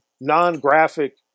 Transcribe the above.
non-graphic